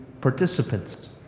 participants